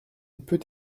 peut